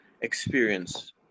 experience